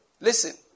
Listen